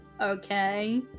okay